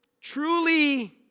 truly